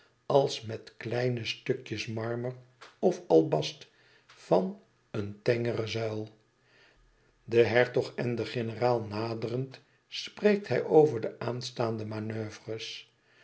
als met kleine stukjes marmer of albast van een tengere zuil den hertog en den generaal naderend spreekt hij over de aanstaande manoeuvres